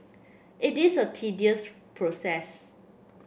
it is a tedious process